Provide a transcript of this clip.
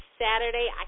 Saturday